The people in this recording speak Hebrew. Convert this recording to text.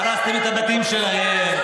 הרסתם את הבתים שלהם.